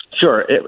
Sure